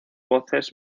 voces